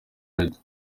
radio